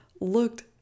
looked